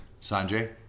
Sanjay